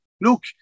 look